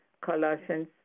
Colossians